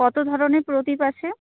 কত ধরনের প্রদীপ আছে